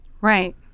Right